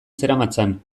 zeramatzan